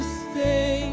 stay